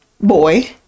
boy